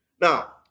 Now